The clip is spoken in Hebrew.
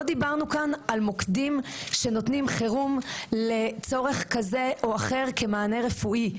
לא דיברנו כאן על מוקדים שנותנים חירום לצורך כזה או אחר כמענה רפואי.